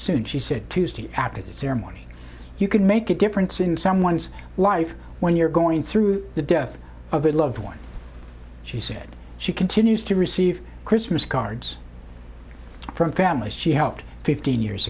soon she said tuesday after the ceremony you can make a difference in someone's life when you're going through the death of a loved one she said she continues to receive christmas cards from families she helped fifteen years